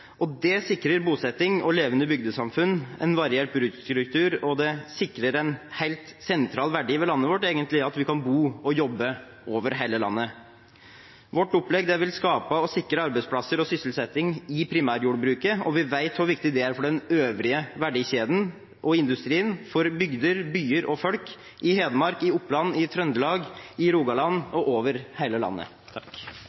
Det sikrer bosetting, levende bygdesamfunn og en variert bruksstruktur, og det sikrer en helt sentral verdi ved landet vårt, egentlig, at vi kan bo og jobbe over hele landet. Vårt opplegg vil skape og sikre arbeidsplasser og sysselsetting i primærjordbruket, og vi vet hvor viktig det er for den øvrige verdikjeden og industrien – for bygder, byer og folk i Hedmark, i Oppland, i Trøndelag, i Rogaland